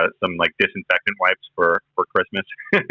ah some like disinfectant wipes for for christmas?